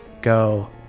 go